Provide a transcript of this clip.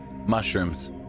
Mushrooms